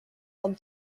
comme